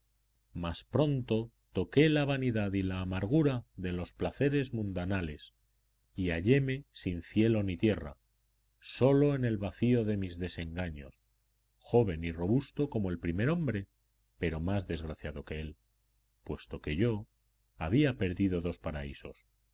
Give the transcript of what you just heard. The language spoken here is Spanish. mas pronto toqué la vanidad y la amargura de los placeres mundanales y halléme sin cielo ni tierra solo en el vacío de mis desengaños joven y robusto como el primer hombre pero más desgraciado que él puesto que yo había perdido dos paraísos